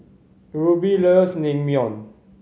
Ruby loves Naengmyeon